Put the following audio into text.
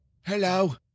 Hello